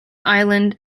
island